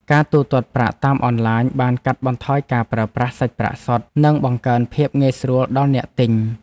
ការទូទាត់ប្រាក់តាមអនឡាញបានកាត់បន្ថយការប្រើប្រាស់សាច់ប្រាក់សុទ្ធ និងបង្កើនភាពងាយស្រួលដល់អ្នកទិញ។